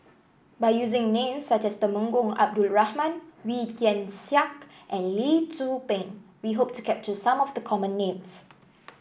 by using names such as Temenggong Abdul Rahman Wee Tian Siak and Lee Tzu Pheng we hope to capture some of the common names